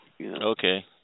Okay